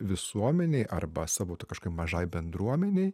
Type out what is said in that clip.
visuomenei arba savo toj kažkokioj mažai bendruomenei